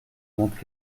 montre